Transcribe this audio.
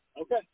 Okay